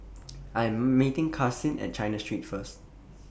I 'm meeting Karsyn At China Street First